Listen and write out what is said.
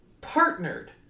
partnered